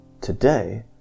Today